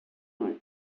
are